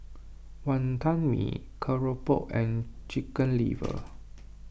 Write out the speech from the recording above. Wantan Mee Keropok and Chicken Liver